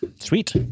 sweet